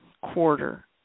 quarter